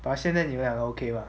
but 现在你们俩 okay lah